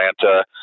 Atlanta